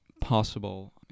possible